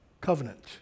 Covenant